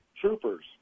troopers